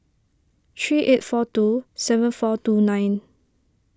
three eight four two seven four two nine